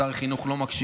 שר החינוך לא מקשיב.